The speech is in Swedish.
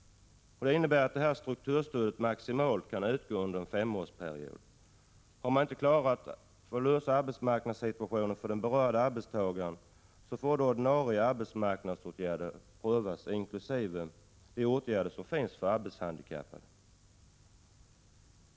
Detta innebär att strukturstödet maximalt kan utgå under en femårsperiod. Har det inte lyckats att klara arbetssituationen för den berörda arbetstagaren, får ordinarie arbetsmarknadsåtgärder prövas, inkl. de åtgärder som finns för arbetshandikappade.